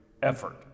effort